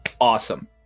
awesome